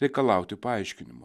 reikalauti paaiškinimo